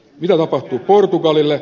mitä tapahtuu portugalille